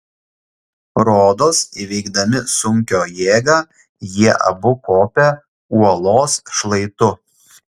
rodos įveikdami sunkio jėgą jie abu kopė uolos šlaitu